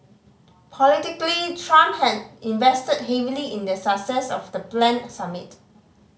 politically Trump had invested heavily in the success of the planned summit